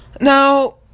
now